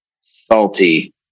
Salty